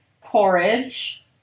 porridge